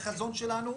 החזון שלנו,